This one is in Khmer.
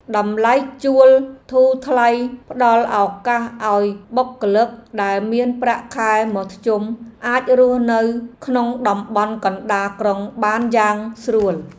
តម្លៃជួលធូរថ្លៃផ្ដល់ឱកាសឱ្យបុគ្គលិកដែលមានប្រាក់ខែមធ្យមអាចរស់នៅក្នុងតំបន់កណ្ដាលក្រុងបានយ៉ាងស្រួល។